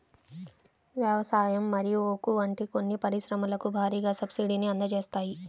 వ్యవసాయం మరియు ఉక్కు వంటి కొన్ని పరిశ్రమలకు భారీగా సబ్సిడీని అందజేస్తాయి